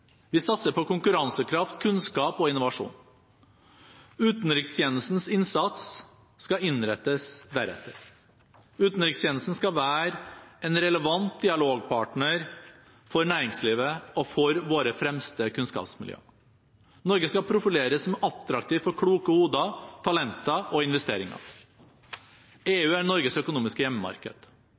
Vi satser på konkurransekraft, kunnskap og innovasjon. Utenrikstjenestens innsats skal innrettes deretter. Utenrikstjenesten skal være en relevant dialogpartner for næringslivet og for våre fremste kunnskapsmiljøer. Norge skal profileres som attraktivt for kloke hoder, talenter og investeringer. EU er Norges økonomiske hjemmemarked.